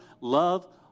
love